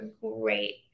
great